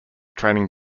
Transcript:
training